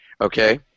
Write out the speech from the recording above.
okay